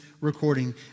recording